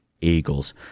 Eagles